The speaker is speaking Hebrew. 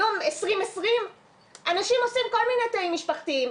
היום 2020 אנשים עושים כל מיני תאים משפחתיים,